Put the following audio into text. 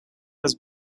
has